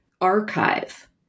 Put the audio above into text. archive